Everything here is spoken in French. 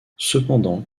cependant